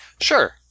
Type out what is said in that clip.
Sure